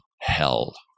hell